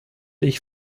ich